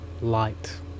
Light